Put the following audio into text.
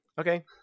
okay